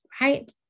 right